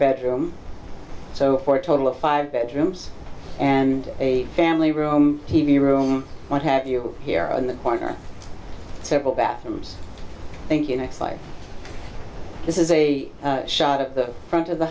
bedroom so for a total of five bedrooms and a family room t v room what have you here on the corner several bathrooms thank you notes like this is a shot at the front of the